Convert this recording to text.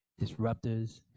disruptors